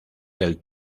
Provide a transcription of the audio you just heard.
del